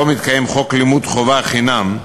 שבו מתקיים חוק לימוד חובה חינם,